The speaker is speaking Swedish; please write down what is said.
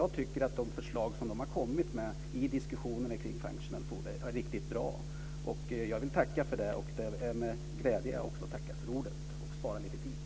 Jag tycker att de förslag som de har kommit med i diskussionerna om functional food är riktigt bra. Jag vill tacka för det. Det är med glädje jag också tackar för ordet och sparar lite tid.